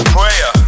prayer